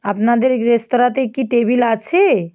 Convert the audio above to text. আপনাদের রেস্তোরাঁতে কি টেবিল আছে